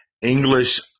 English